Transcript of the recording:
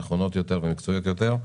נכונות יותר ומקצועיות יותר.